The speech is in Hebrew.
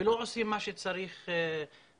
ולא עושים מה שצריך לעשות.